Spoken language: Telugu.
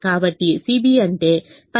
కాబట్టి CB అంటే 10 మరియు 9